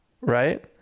right